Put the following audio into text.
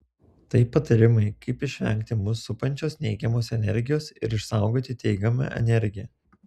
tai patarimai kaip išvengti mus supančios neigiamos energijos ir išsaugoti teigiamą energiją